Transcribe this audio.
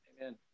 Amen